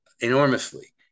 enormously